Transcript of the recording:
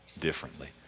differently